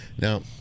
Now